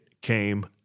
came